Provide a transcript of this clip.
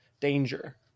danger